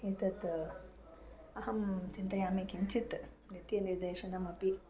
एतत् अहं चिन्तयामि किञ्चित् नृत्यनिर्देशनमपि